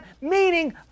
meaning